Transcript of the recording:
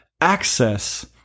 access